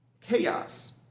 chaos